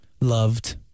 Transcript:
loved